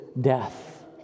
death